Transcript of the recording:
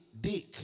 dick